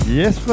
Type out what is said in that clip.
yes